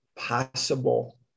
possible